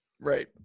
Right